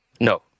No